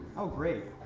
oh great.